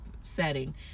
setting